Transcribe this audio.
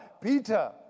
Peter